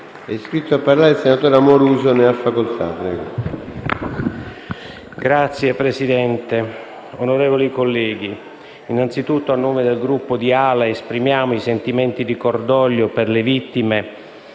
Signor Presidente, onorevoli colleghi, innanzitutto a nome del Gruppo di AL-A esprimo sentimenti di cordoglio per le vittime